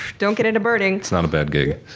don't get into birding. it's not a bad gig.